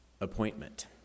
appointment